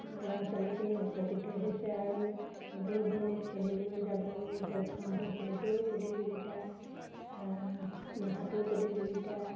ল'ৰা ছোৱালীখিনি উপকৃত হৈছে আৰু দূৰ দূৰণি খেলিবলৈ যাবলৈ সক্ষম হৈছে দৌৰ প্ৰতিযোগিতা সাঁতোৰ প্ৰতিযোগিতা